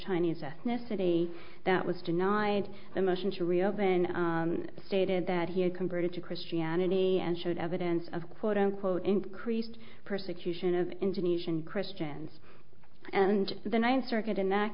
chinese ethnicity that was denied the motion to reopen stated that he had converted to christianity and showed evidence of quote unquote increased persecution of indonesian christians and the ninth circuit in that